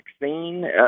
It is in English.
vaccine